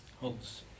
holds